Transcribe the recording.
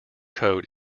coat